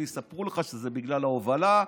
ויספרו לך שזה בגלל ההובלה,